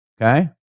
Okay